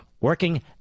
working